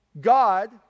God